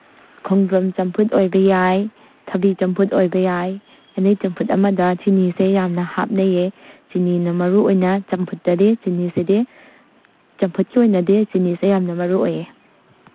ꯈꯣꯡꯗ꯭ꯔꯨꯝ ꯆꯝꯐꯨꯠ ꯑꯣꯏꯕ ꯌꯥꯏ ꯊꯕꯤ ꯆꯝꯐꯨꯠ ꯑꯣꯏꯕ ꯌꯥꯏ ꯑꯗꯨꯏ ꯆꯝꯐꯨꯠ ꯑꯃꯗ ꯆꯤꯅꯤꯁꯦ ꯌꯥꯝꯅ ꯍꯥꯞꯅꯩꯑꯦ ꯆꯤꯅꯤꯅ ꯃꯔꯨꯑꯣꯏꯅ ꯆꯝꯐꯨꯠꯇꯗꯤ ꯆꯤꯅꯤꯁꯤꯗꯤ ꯆꯝꯐꯨꯠꯀꯤ ꯑꯣꯏꯅꯗꯤ ꯆꯤꯅꯤꯁꯦ ꯌꯥꯝꯅ ꯃꯔꯨ ꯑꯣꯏꯑꯦ